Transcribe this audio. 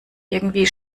irgendwie